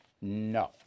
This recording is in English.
No